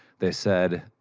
they said,